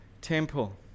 temple